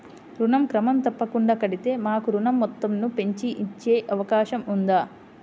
ఋణం క్రమం తప్పకుండా కడితే మాకు ఋణం మొత్తంను పెంచి ఇచ్చే అవకాశం ఉందా?